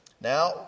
Now